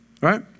right